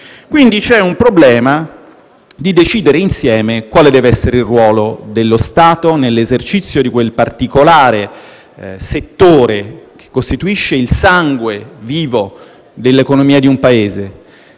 Quindi, c'è il problema di decidere insieme quale debba essere il ruolo dello Stato nell'esercizio di quel particolare settore che costituisce il sangue vivo dell'economia di un Paese.